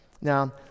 Now